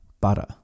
butter